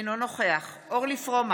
אינו נוכח אורלי פרומן,